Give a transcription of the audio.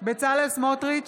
בצלאל סמוטריץ'